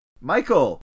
Michael